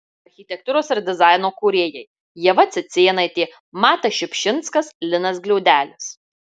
architektūros ir dizaino kūrėjai ieva cicėnaitė matas šiupšinskas linas gliaudelis